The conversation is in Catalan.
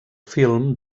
film